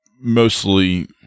mostly